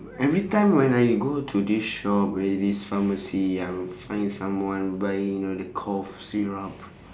every time when I go to this shop at this pharmacy I will find someone buy you know the cough syrup